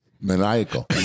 Maniacal